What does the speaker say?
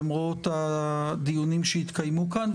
למרות הדיונים שהתקיימו כאן,